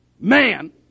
man